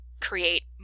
create